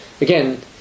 Again